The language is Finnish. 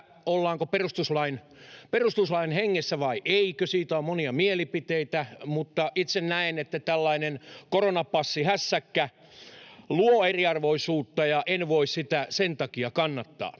ollaanko perustuslain hengessä vai eikö. Siitä on monia mielipiteitä, mutta itse näen, että tällainen koronapassihässäkkä luo eriarvoisuutta ja en voi sitä sen takia kannattaa.